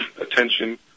attention